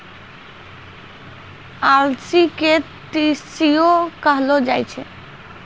अलसी के तीसियो कहलो जाय छै